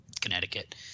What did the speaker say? Connecticut